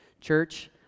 Church